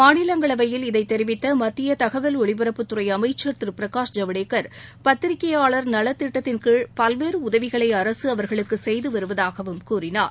மாநிலங்களவையில் இதைத் தெரிவித்த மத்திய தகவல் ஒலிபரப்புத்துறை அமைச்சர் திரு பிரகாஷ் ஜவடேக்கர் பத்திரிகையாளர் நலத் திட்டத்தின்கீழ் பல்வேறு உதவிகளை அரசு அவர்களுக்கு செய்து வருவதாகவும் கூறினார்